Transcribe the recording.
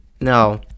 No